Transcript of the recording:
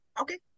Okay